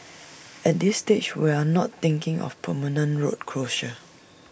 at this stage we are not thinking of permanent road closure